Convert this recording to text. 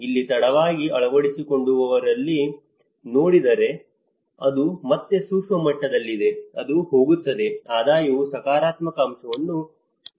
ಇಲ್ಲಿ ತಡವಾಗಿ ಅಳವಡಿಸಿಕೊಂಡವರಲ್ಲಿ ನೋಡಿದರೆ ಅದು ಮತ್ತೆ ಸೂಕ್ಷ್ಮ ಮಟ್ಟದಲ್ಲಿದೆ ಅದು ಹೋಗುತ್ತಿದೆ ಆದಾಯವು ಸಕಾರಾತ್ಮಕ ಅಂಶವನ್ನು ತೋರಿಸಿದೆ